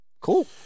cool